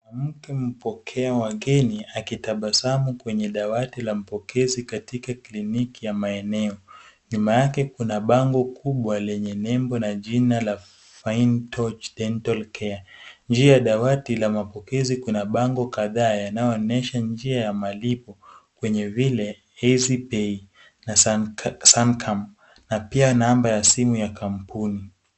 Mwanamke mpokea wageni akitabasamu kwenye dawati la mpokezi katika kliniki ya maeneo. Nyuma yake kuna bango kubwa lenye nembo na jina la Fine Touch Dental Care. Nje ya dawati la mapokezi kuna bango kadhaa yanayooneysha njia ya malipo kwenye vile Eazypay na Sancam na pia namba ya simu ya kampuni.